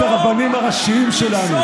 את הרבנים הראשיים שלנו.